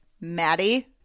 Maddie